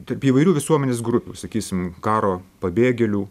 tarp įvairių visuomenės grupių sakysim karo pabėgėlių